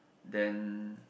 then